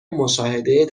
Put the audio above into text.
مشاهده